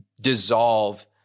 dissolve